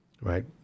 Right